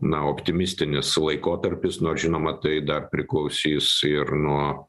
na optimistinis laikotarpis nors žinoma tai dar priklausys ir nuo